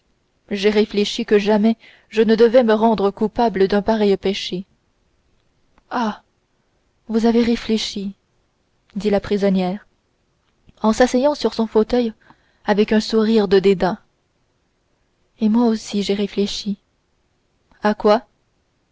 j'ai réfléchi que jamais je ne devais me rendre coupable d'un pareil péché ah vous avez réfléchi dit la prisonnière en s'asseyant sur son fauteuil avec un sourire de dédain et moi aussi j'ai réfléchi à quoi